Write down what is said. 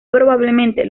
probablemente